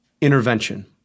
intervention